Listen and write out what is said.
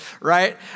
right